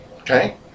Okay